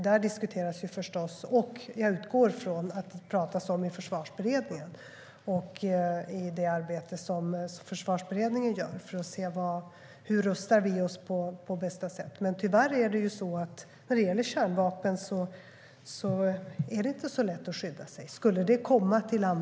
Där diskuteras förstås, och jag utgår från att det diskuteras i Försvarsberedningen, hur vi rustar oss på bästa sätt. Tyvärr är det ju så att när det gäller kärnvapen är det inte så lätt att skydda sig.